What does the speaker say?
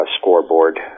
scoreboard